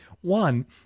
one